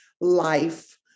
life